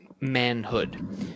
manhood